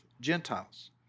Gentiles